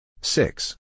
six